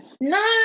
No